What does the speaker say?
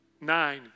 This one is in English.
Nine